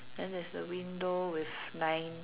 then there's the window with nine